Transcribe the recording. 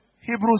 Hebrews